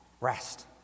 rest